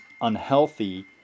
unhealthy